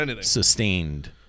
sustained